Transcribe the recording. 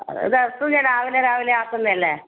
അത് എപ്പോഴും ഞാൻ രാവിലെ രാവിലെ ആക്കുന്നതല്ലെ